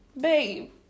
Babe